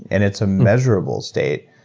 and it's a measurable state,